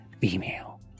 female